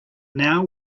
now